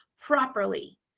properly